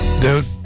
Dude